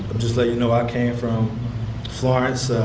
just let you know, i came from florence,